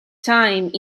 time